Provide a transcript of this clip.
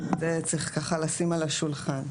את זה צריך ככה לשים על השולחן.